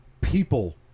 people